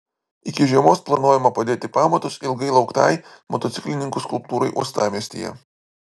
iki žiemos planuojama padėti pamatus ilgai lauktai motociklininkų skulptūrai uostamiestyje